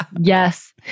Yes